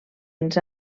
ens